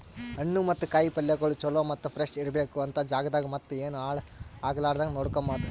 ಹಣ್ಣು ಮತ್ತ ಕಾಯಿ ಪಲ್ಯಗೊಳ್ ಚಲೋ ಮತ್ತ ಫ್ರೆಶ್ ಇರ್ಬೇಕು ಅಂತ್ ಜಾಗದಾಗ್ ಮತ್ತ ಏನು ಹಾಳ್ ಆಗಲಾರದಂಗ ನೋಡ್ಕೋಮದ್